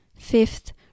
Fifth